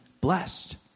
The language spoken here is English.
blessed